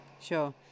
Sure